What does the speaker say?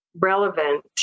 relevant